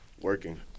Working